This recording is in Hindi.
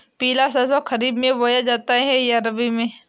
पिला सरसो खरीफ में बोया जाता है या रबी में?